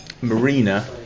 Marina